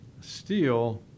Steel